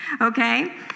Okay